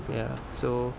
ya so